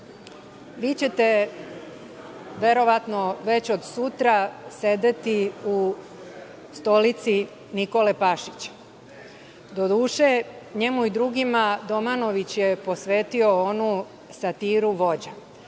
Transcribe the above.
vi ćete verovatno već od sutra sedeti u stolici Nikole Pašića, doduše njemu i drugima Domanović je posvetio onu satiru „Vođa“.